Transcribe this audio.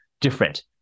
different